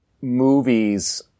movies